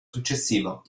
successivo